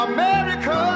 America